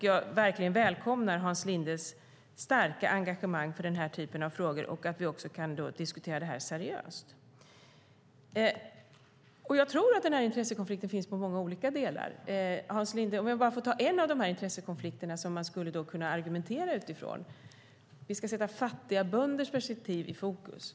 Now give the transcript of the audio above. Jag välkomnar verkligen Hans Lindes starka engagemang för den här typen av frågor och att vi också kan diskutera detta seriöst. Jag tror att den här intressekonflikten finns i många olika delar, Hans Linde. Låt mig ta bara en av de intressekonflikter som man skulle kunna argumentera utifrån: Vi ska sätta fattiga bönders perspektiv i fokus.